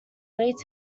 latex